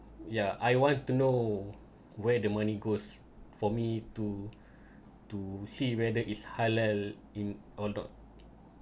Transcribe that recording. ya I want to know where the money goes for me to to see whether is halal in or not